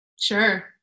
Sure